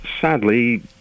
Sadly